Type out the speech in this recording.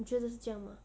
你觉得是这样吗